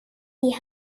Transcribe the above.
die